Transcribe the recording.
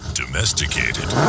domesticated